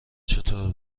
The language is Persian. چطور